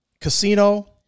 casino